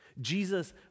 Jesus